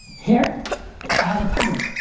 here i have a pen.